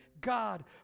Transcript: God